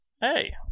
Hey